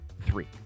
three